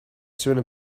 sooner